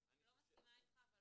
אני לא מסכימה איתך, אבל אוקי.